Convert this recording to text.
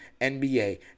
NBA